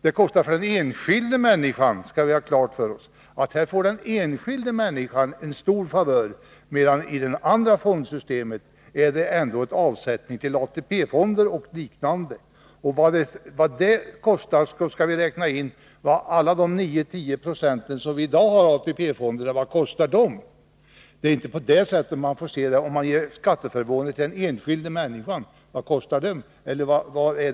Vi skall ha klart för oss att genom de nu föreslagna fonderna får den enskilda människan en stor favör, medan det andra fondsystemet ändå gäller avsättning till ATP-fonder och liknande. När vi beräknar kostnaden för dessa senare fonder skall vi räkna in vad de 9-10 90 som vi i dag sätter av till ATP-fonderna faktiskt kostar. Men om man ger skatteförmåner till den enskilda människan får man se det på ett annat sätt.